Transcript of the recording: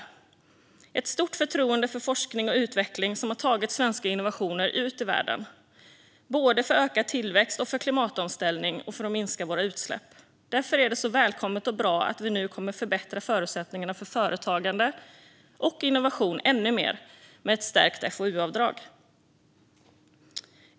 Det finns ett stort förtroende för forskning och utveckling som har tagit svenska innovationer ut i världen både för ökad tillväxt, för klimatomställning och för att minska våra utsläpp. Därför är det så välkommet och bra att vi nu kommer att förbättra förutsättningarna för företagande och innovation ännu mer med ett stärkt FoU-avdrag.